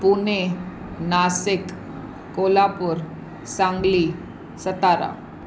Pune Nashik Kolhapur Sangli Satara